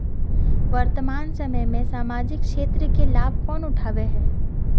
वर्तमान समय में सामाजिक क्षेत्र के लाभ कौन उठावे है?